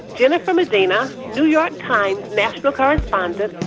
jennifer medina, new york times national correspondent,